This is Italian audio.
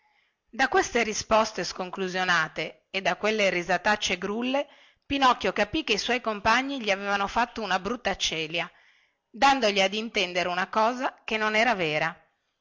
da quelle risposte sconclusionate e da quelle risatacce grulle pinocchio capì che i suoi compagni gli avevano fatto una brutta celia dandogli ad intendere una cosa che non era vera